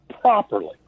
properly